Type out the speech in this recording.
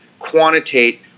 quantitate